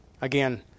Again